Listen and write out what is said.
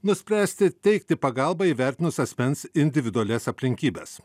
nuspręsti teikti pagalbą įvertinus asmens individualias aplinkybes